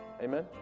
Amen